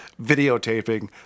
videotaping